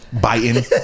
biting